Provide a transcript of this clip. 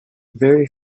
very